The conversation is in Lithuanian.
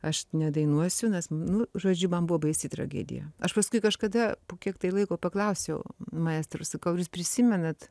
aš nedainuosiu nes nu žodžiu man buvo baisi tragedija aš paskui kažkada po kiek tai laiko paklausiau maestro sakau ar jūs prisimenat